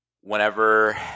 whenever